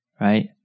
right